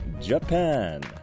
japan